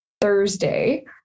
Thursday